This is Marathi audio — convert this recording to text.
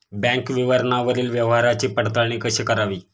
बँक विवरणावरील व्यवहाराची पडताळणी कशी करावी?